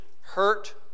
hurt